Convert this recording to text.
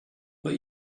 but